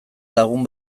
lagun